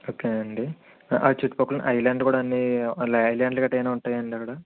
ఓకేనండి ఆ చుట్టుపక్కన ఐల్యాండ్లు కట్టా అన్నీ ఐల్యాండ్లు కట్టా ఏమైనా ఉంటాయా అండి అక్కడ